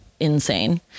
Insane